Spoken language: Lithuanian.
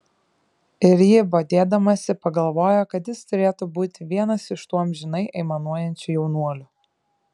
ir ji bodėdamasi pagalvojo kad jis turėtų būti vienas iš tų amžinai aimanuojančių jaunuolių